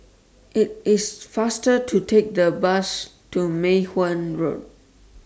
IT IS faster to Take The Bus to Mei Hwan Road